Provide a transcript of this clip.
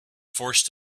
forced